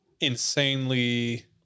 insanely